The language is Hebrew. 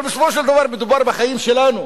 אבל בסופו של דבר מדובר בחיים שלנו,